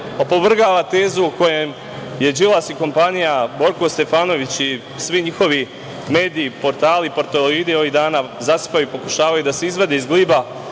opovrgava tezu kojom Đilas i kompanija Borko Stefanović i svi njihovi mediji, portali, portaloidi ovih dana zasipaju i pokušavaju da se izvade iz gliba